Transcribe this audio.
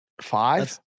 Five